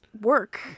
work